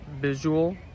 visual